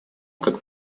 как